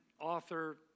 author